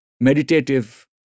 meditative